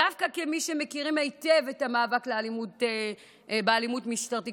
דווקא כמי שמכירים היטב את המאבק באלימות משטרתית